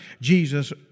Jesus